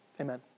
Amen